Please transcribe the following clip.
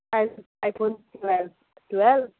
i-phone i-phone twelve twelve